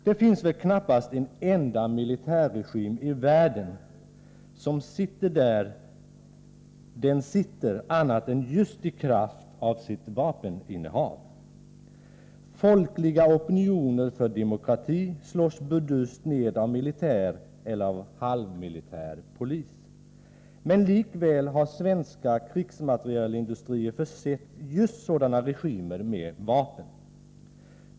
Det finns väl knappast en enda militärregim i världen, som sitter där den sitter i kraft av annat än just sitt vapeninnehav. Folkliga opinioner för demokrati slås burdust ned av militär eller av halvmilitär polis. Likväl har svenska krigsmaterielindustrier försett just sådana regimer med vapen.